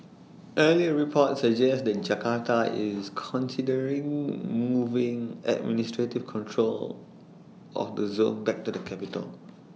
earlier reports suggest that Jakarta is considering moving administrative control of the zone back to the capital